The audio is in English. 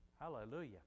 Hallelujah